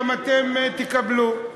גם אתם תקבלו?